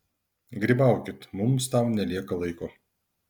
grybaukit mums tam nelieka laiko